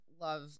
love